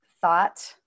thought